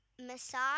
massage